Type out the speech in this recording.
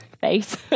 face